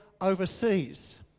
overseas